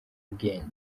ubwenge